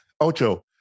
Ocho